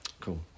Cool